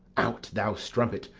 out, thou strumpet,